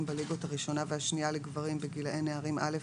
ספורטאים בליגות הראשונה והשנייה לגברים בגילאי נערים א'